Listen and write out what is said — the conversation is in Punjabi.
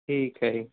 ਠੀਕ ਹੈ ਜੀ